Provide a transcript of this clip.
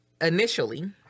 initially